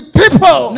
people